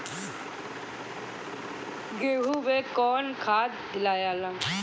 गेहूं मे कौन खाद दियाला?